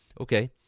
Okay